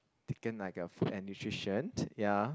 taken like a food and nutrition ya